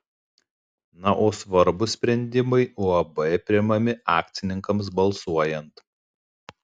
na o svarbūs sprendimai uab priimami akcininkams balsuojant